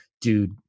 dude